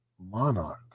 Monarch